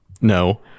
no